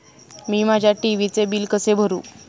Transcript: मी माझ्या टी.व्ही चे बिल कसे भरू?